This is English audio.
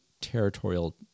territorial